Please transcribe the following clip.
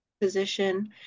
position